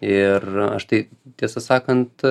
ir aš tai tiesą sakant